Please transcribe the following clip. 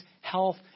health